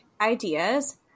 ideas